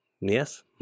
Yes